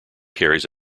carries